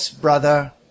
brother